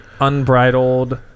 unbridled